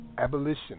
Abolition